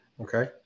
okay